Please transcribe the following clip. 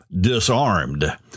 disarmed